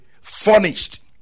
furnished